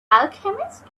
alchemist